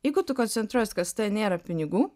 jeigu tu koncentruojies kas tave nėra pinigų